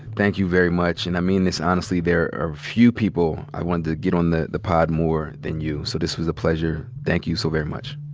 thank you very much. and i mean this honestly. there are few people i wanted to get on the the pod more than you. so this was a pleasure. thank you so very much.